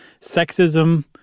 sexism